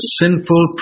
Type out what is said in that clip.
sinful